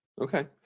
Okay